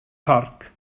parc